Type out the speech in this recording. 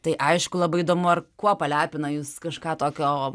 tai aišku labai įdomu ar kuo palepina jus kažką tokio